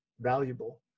valuable